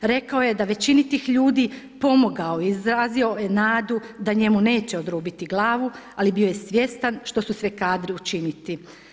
Rekao je da većini tih ljudi pomogao i izrazio nadu da njemu neće odrubiti glavu, ali bio je svjestan što su sve kadri učiniti.